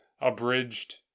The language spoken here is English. abridged